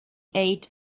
ate